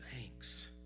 thanks